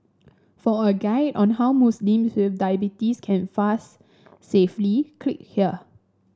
for a guide on how Muslims with diabetes can fast safely click here